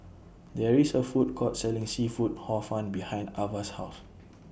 There IS A Food Court Selling Seafood Hor Fun behind Avah's House